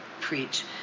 preach